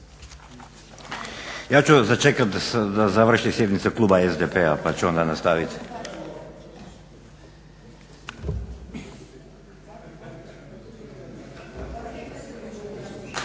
Ja ću sačekati da završi sjednica kluba SDP-a pa ću onda nastaviti.